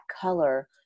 color